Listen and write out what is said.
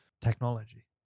Technology